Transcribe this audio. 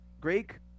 Greek